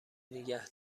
نیگه